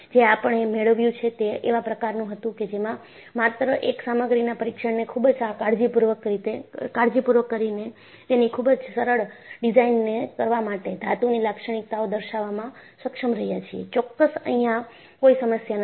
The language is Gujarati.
જે આપણે મેળવ્યું છે તે એવા પ્રકારનું હતું કે જેમાં માત્ર એક સામગ્રીના પરીક્ષણને ખૂબ જ કાળજીપૂર્વક કરીને તેની ખુબ સરળ ડિઝાઇન ને કરવા માટે ધાતુની લાક્ષણિકતાઓ દર્શાવવામાં સક્ષમ રહ્યા છીએ ચોક્કસ અહિયાં કોઈ સમસ્યા નથી